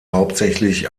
hauptsächlich